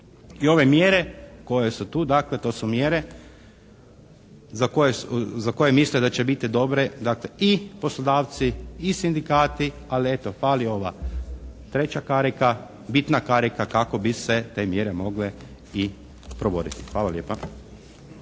i ove mjere koje su tu, dakle to su mjere za koje misle da će biti dobre. Dakle, ti poslodavci i sindikati, ali eto fali ova treća karika, bitna karika kako bi se te mjere mogle i provoditi. Hvala lijepa.